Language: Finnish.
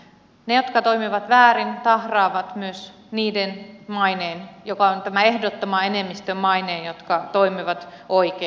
ne jotka toimivat väärin tahraavat myös niiden maineen joka on tämän ehdottoman enemmistön maine jotka toimivat oikein